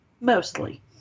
Mostly